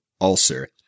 ulcer